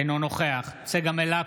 אינו נוכח צגה מלקו,